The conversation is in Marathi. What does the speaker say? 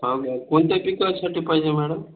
हां का कोणत्या पिकासाठी पाहिजे मॅडम